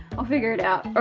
i'll figure it out.